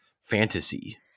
fantasy